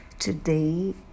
Today